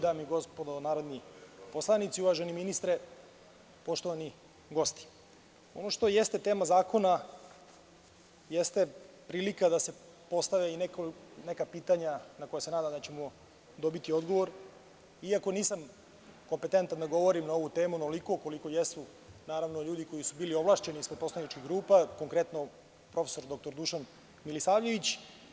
Dame i gospodo narodni poslanici, uvaženi ministre, poštovani gosti, ono što jeste tema zakona, jeste prilika da se postave i neka pitanja na koja se nadam da ćemo dobiti odgovor, iako nisam kompetentan da govorim na ovu temu ovoliko koliko jesu naravno ljudi koji su bili ovlašćeni ispred poslaničkih grupa, konkretno profesor dr Dušan Milisavljević.